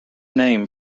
name